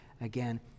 again